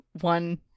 one